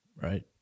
right